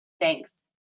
Thanks